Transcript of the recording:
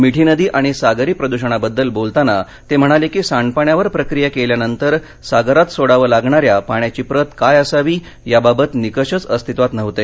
मिठी नदी आणि सागरी प्रदूषणाबद्दल बोलताना ते म्हणाले की सांडपाण्यावर प्रक्रीया केल्यानंतर सागरात सोडावं लागणाऱ्या पाण्याची प्रत काय असावी याबाबत निकषच अस्तित्वात नव्हते